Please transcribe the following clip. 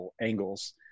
angles